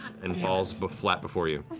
and falls but flat before you.